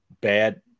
bad